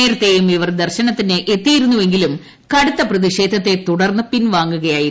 നേരത്തേയും ഇവർ ദർശനത്തിന്റെന്ത്തിയിരുന്നെങ്കിലും കടുത്ത പ്രതിഷേധത്തെ തുടർന്ന് പിൻപ്പാങ്ങുകയായിരുന്നു